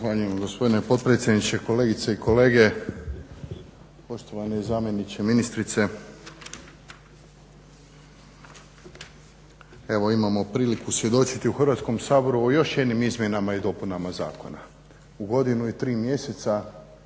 gospodine potpredsjedniče, kolegice i kolege, poštovani zamjeniče ministrice, evo imamo priliku svjedočiti u Hrvatskom saboru o još jednim izmjenama i dopunama zakona, godinu i tri mjeseca